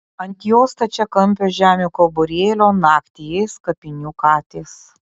ant jos stačiakampio žemių kauburėlio naktį ės kapinių katės